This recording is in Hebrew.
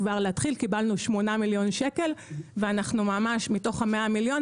קיבלנו 8 מיליון שקל מתוך אותם 100 מיליון,